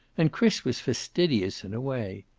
and chris was fastidious, in a way.